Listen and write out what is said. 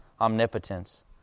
omnipotence